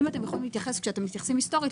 אם תוכלו להתייחס כשאתם מתייחסים היסטורית,